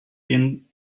den